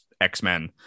X-Men